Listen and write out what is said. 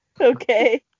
okay